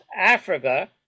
Africa